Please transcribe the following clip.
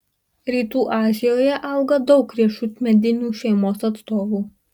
rytų azijoje auga daug riešutmedinių šeimos atstovų